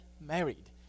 married